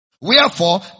Wherefore